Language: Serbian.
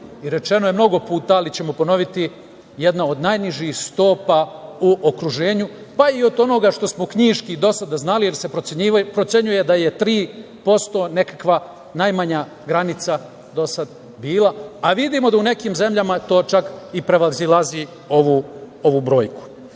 rečeno je mnogo puta, ali ćemo ponoviti, jedna od najnižih stopa u okruženju, pa i od onoga što smo knjiški do sada znali, jer se procenjuje da je 3% nekakva najmanja granica do sad bila, a vidimo da u nekim zemljama to čak i prevazilazi ovu brojku. Dobrom